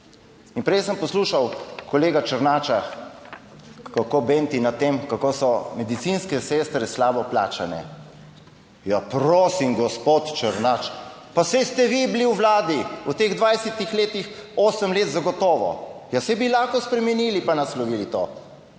In prej sem poslušal kolega Černača kako benti nad tem kako so medicinske sestre slabo plačane. Ja, prosim gospod Černač, pa saj ste vi bili v vladi v teh 20. letih, osem let zagotovo, ja saj bi lahko spremenili, pa naslovili to.